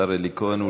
השר אלי כהן,